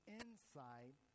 inside